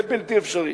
זה בלתי אפשרי.